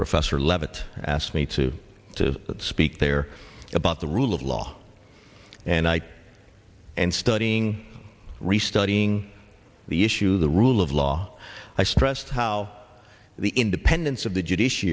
professor leavitt asked me to to speak there about the rule of law and i and studying restudying the issue of the rule of law i stressed how the independence of the judicia